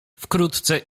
wkrótce